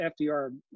FDR